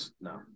No